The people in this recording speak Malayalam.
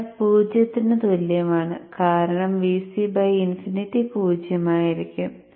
എറർ 0 ന് തുല്യമാണ് കാരണം Vc ഇൻഫിനിറ്റി 0 ആയിരിക്കും